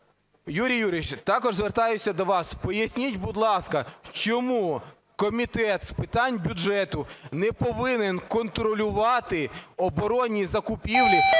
Юрій Юрійович, також звертаюсь до вас, поясніть, будь ласка, чому Комітет з питань бюджету не повинен контролювати оборонні закупівлі,